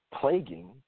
plaguing